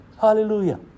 Hallelujah